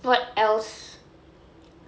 what else